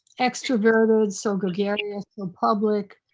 extroverted, so gregarious or public.